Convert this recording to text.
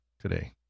today